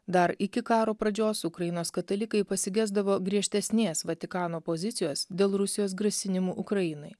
dar iki karo pradžios ukrainos katalikai pasigesdavo griežtesnės vatikano pozicijos dėl rusijos grasinimų ukrainai